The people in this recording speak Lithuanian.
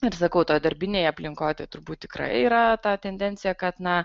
ir sakau toj darbinėj aplinkoj turbūt tikrai yra ta tendencija kad na